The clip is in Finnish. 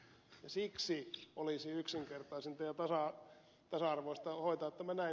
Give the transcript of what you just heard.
siksi olisi yksinkertaisinta ja tasa arvoista hoitaa tämä näin